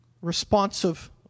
responsive